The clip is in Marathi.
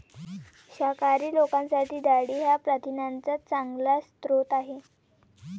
शाकाहारी लोकांसाठी डाळी हा प्रथिनांचा चांगला स्रोत आहे